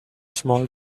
small